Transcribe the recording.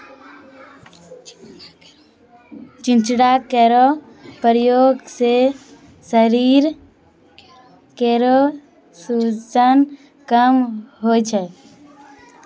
चिंचिड़ा केरो प्रयोग सें शरीर केरो सूजन कम होय छै